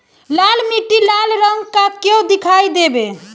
लाल मीट्टी लाल रंग का क्यो दीखाई देबे?